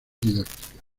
didáctica